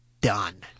done